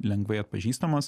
lengvai atpažįstamos